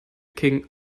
king